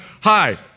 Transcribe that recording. Hi